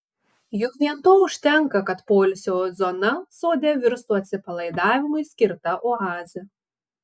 juk vien to užtenka kad poilsio zona sode virstų atsipalaidavimui skirta oaze